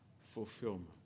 fulfillment